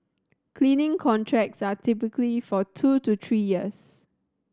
cleaning contracts are typically for two to three years